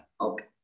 Okay